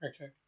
Okay